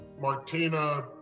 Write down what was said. Martina